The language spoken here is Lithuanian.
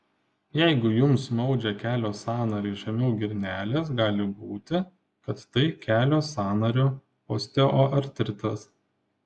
jeigu jums maudžia kelio sąnarį žemiau girnelės gali būti kad tai kelio sąnario osteoartritas